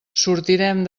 sortirem